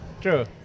True